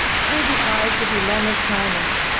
through the eyes of elana simon,